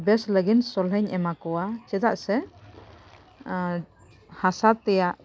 ᱵᱮᱥ ᱞᱟᱹᱜᱤᱫ ᱥᱚᱞᱦᱮᱧ ᱮᱢᱟ ᱠᱚᱣᱟ ᱪᱮᱫᱟᱜ ᱥᱮ ᱦᱟᱥᱟ ᱛᱮᱭᱟᱜ